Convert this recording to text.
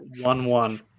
One-one